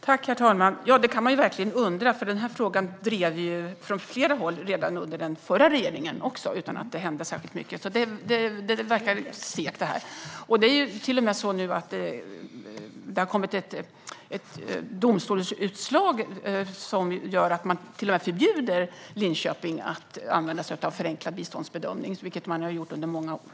Herr talman! Ja, det kan man verkligen undra, för denna fråga drevs ju från flera håll redan under den förra regeringen utan att det hände särskilt mycket. Det verkar segt. Det är till och med så att det har kommit ett domstolsutslag som förbjuder Linköping att använda sig av förenklad biståndsbedömning, vilket man har gjort under många år.